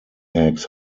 eggs